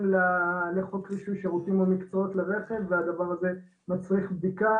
לחוק רישוי שירותים ומקצועות לרכב והדבר הזה מצריך בדיקה.